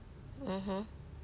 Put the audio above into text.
mmhmm